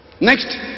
Next